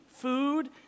food